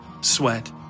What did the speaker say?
sweat